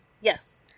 Yes